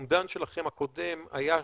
שהאומדן שלכם הקודם על הזנב שנשאר היה 5%,